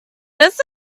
this